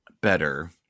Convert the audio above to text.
better